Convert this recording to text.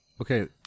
Okay